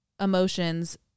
emotions